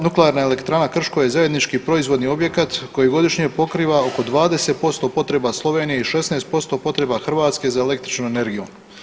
Nuklearna elektrana Krško je zajednički proizvodni objekat koji godišnje pokriva oko 20% potreba Slovenije i 16% potreba Hrvatske za električnom energijom.